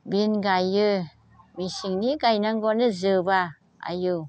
बिन गाइयो मेसेंनि गायनांगौआनो जोबा आयौ